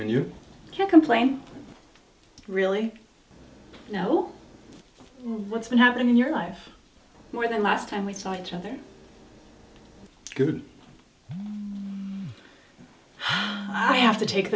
and you can't complain really know what's been happening your life more than last time we saw each other good i have to take